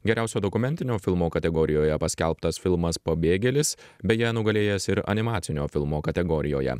geriausio dokumentinio filmo kategorijoje paskelbtas filmas pabėgėlis beje nugalėjęs ir animacinio filmo kategorijoje